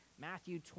Matthew